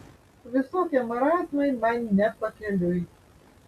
visokie marazmai man ne pakeliui